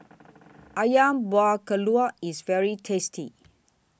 Ayam Buah Keluak IS very tasty